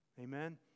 Amen